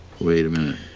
wait a minute,